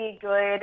good